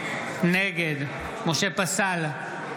נגד משה פסל,